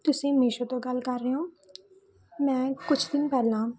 ਤੁਸੀਂ ਮੀਸ਼ੋ ਤੋਂ ਗੱਲ ਕਰ ਰਹੇ ਓਂ ਮੈਂ ਕੁਛ ਦਿਨ ਪਹਿਲਾਂ